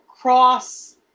cross